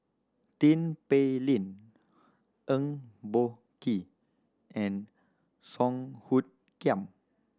Tin Pei Ling Eng Boh Kee and Song Hoot Kiam